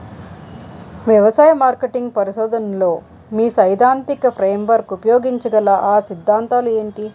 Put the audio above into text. వ్యవసాయ మార్కెటింగ్ పరిశోధనలో మీ సైదాంతిక ఫ్రేమ్వర్క్ ఉపయోగించగల అ సిద్ధాంతాలు ఏంటి?